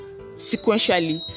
sequentially